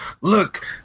look